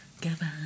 Goodbye